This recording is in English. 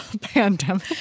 pandemic